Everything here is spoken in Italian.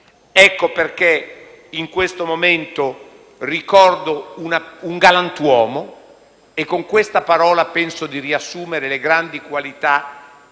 Ecco perché, in questo momento, ricordo un galantuomo e con questa parola penso di riassumere le grandi qualità